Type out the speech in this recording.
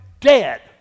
dead